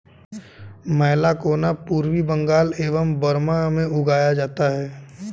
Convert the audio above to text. मैलाकोना पूर्वी बंगाल एवं बर्मा में उगाया जाता है